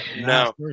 No